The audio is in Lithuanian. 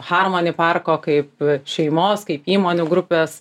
harmoni parko kaip šeimos kaip įmonių grupės